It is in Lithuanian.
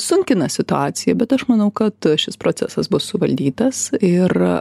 sunkina situaciją bet aš manau kad šis procesas bus suvaldytas ir